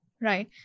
right